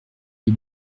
les